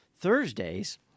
Thursdays